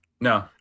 no